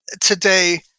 today